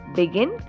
begin